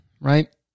right